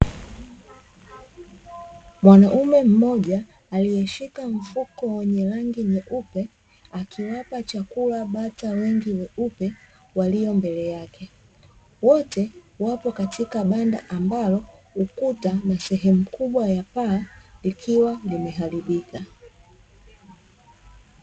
Mwanaume mmoja aliyeshika mfuko wenye rangi nyeupe, akiwapa chakula bata wengi weupe waliombele yake. Wote wapo katika banda ambalo ukuta ni sehemu kubwa ya paa likiwa limeharibika.